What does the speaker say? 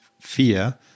fear